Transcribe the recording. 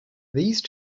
these